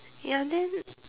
ya then